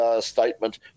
statement